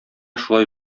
шулай